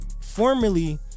formerly